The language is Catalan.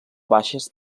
baixes